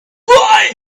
why